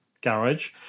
garage